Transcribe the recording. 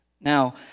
Now